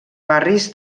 barris